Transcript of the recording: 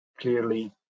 clearly